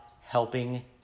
helping